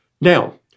Now